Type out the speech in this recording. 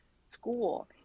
school